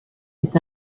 est